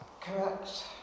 correct